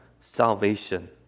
salvation